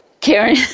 Karen